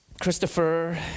Christopher